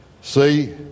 See